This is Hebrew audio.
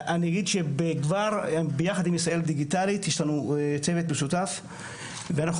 ביחד עם ישראל דיגיטלית יש לנו צוות משותף ואנחנו